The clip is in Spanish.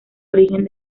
origen